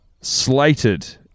slated